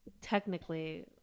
technically